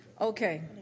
Okay